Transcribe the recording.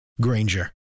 Granger